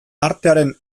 artearen